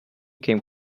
came